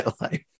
life